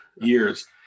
years